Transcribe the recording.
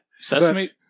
Sesame